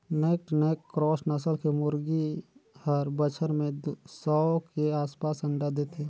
naked neck cross नसल के मुरगी हर बच्छर में सौ के आसपास अंडा देथे